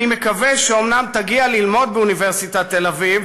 אני מקווה שאומנם תגיע ללמוד באוניברסיטת תל-אביב,